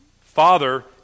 Father